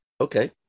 Okay